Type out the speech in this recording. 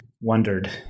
wondered